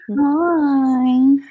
Hi